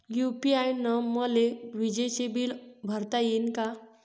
UPI न मले विजेचं बिल भरता यीन का?